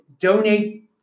donate